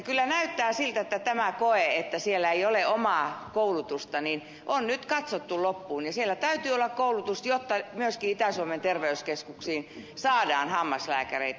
kyllä näyttää siltä että tämä koe että siellä ei ole omaa koulutusta on nyt katsottu loppuun ja siellä täytyy olla koulutusta jotta myöskin itä suomen terveyskeskuksiin saadaan hammaslääkäreitä